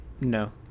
no